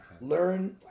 Learn